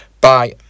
Bye